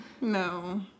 No